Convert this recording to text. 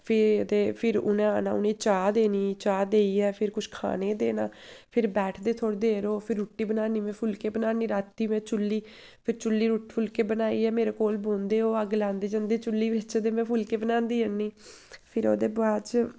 फिर ते फिर उ'नें आना उ'नें गी चाह् देनी चाह् देइयै फिर कुछ खाने ई देना फिर बैठदे थोह्ड़ी देर ओह् फिर रुट्टी बनान्नीं में फुलके बनान्नीं राती में चु'ल्ली फिर चु'ल्ली फुलके बनाइयै मेरे कोल बौंह्दे ओह् अग्ग लांदे जंदे चु'ल्ली बिच्च ते में फुलके बनांदी जन्नीं फिर ओह्दे बाद च